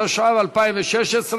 התשע"ו 2016,